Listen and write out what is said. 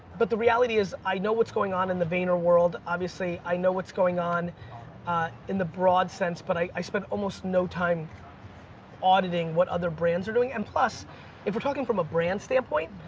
but the reality is i know what's going on in the vayner world, obviously i know what's going on in the broad sense, but i i spend almost no time auditing what other brands are doing, and plus if we're talking from a brand standpoint,